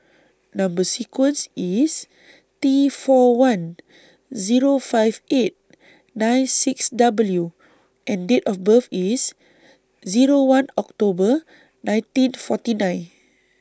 Number sequence IS T four one Zero five eight nine six W and Date of birth IS Zero one October nineteen forty nine